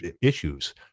issues